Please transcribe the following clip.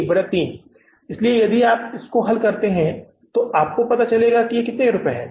यह 13 है इसलिए अंत में यदि आप इसे हल करते हैं तो आपको पता चलेगा कि कितने रुपये हैं